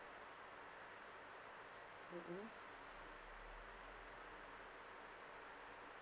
mmhmm